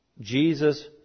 Jesus